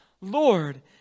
Lord